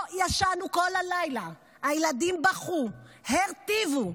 לא ישנו כל הלילה, הילדים בכו, הרטיבו,